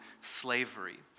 slavery